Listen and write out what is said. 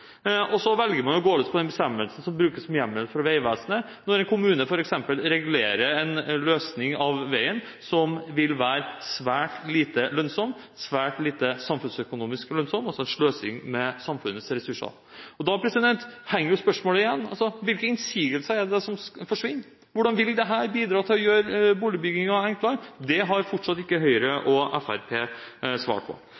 Og så velger man å gå løs på den bestemmelsen som brukes som hjemmel for Vegvesenet når en kommune f.eks. regulerer en løsning av veien som vil være svært lite lønnsom, svært lite samfunnsøkonomisk lønnsom og sløsing med samfunnets ressurser. Da henger spørsmålet igjen: Hvilke innsigelser er det som forsvinner? Hvordan vil dette bidra til å gjøre boligbyggingen enklere? Det har fortsatt ikke Høyre og Fremskrittspartiet svart på.